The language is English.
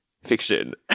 fiction